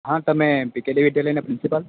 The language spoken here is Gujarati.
હા તમે બીકેડી વિદ્યાલયના પ્રિન્સિપાલ